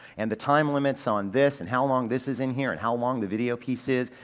and the time limits on this and how long this is in here and how long the video piece is.